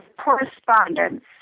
correspondence